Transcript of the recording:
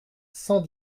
cent